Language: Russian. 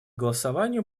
голосованию